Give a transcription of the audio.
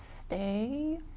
stay